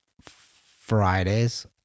Fridays